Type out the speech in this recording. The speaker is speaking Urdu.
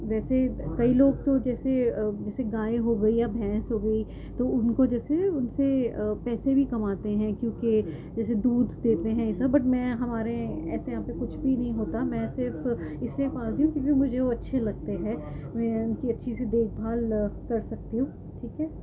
ویسے کئی لوگ تو جیسے جیسے گائے ہو گئی یا بھینس ہو گئی تو ان کو جیسے ان سے پیسے بھی کماتے ہیں کیونکہ جیسے دودھ دیتے ہیں ایسا بٹ میں ہمارے ایسے یہاں پہ کچھ بھی نہیں ہوتا میں صرف اس لیے پالتی ہوں کیونکہ مجھے وہ اچھے لگتے ہیں ان کی اچھی سی دیکھ بھال کر سکتی ہوں ٹھیک ہے